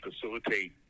facilitate